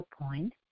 point